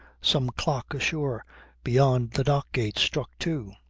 some clock ashore beyond the dock-gates struck two.